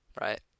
Right